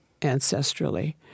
ancestrally